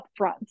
upfront